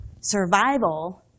survival